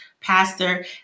pastor